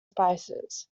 spices